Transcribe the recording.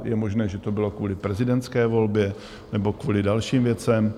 Je možné, že to bylo kvůli prezidentské volbě nebo kvůli dalším věcem.